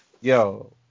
Yo